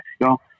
Mexico